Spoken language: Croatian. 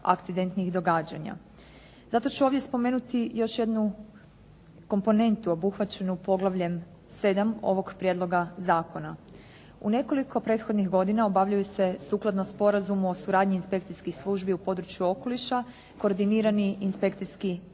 Zato ću ovdje spomenuti još jednu komponentu obuhvaćenu poglavljem 7. ovog prijedloga zakona. U nekoliko prethodnih godina obavljaju se sukladno sporazumu o suradnji inspekcijskih službi u području okoliša koordinirani inspekcijski